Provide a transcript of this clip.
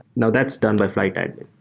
now that's done by flyte admin.